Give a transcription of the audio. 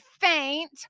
faint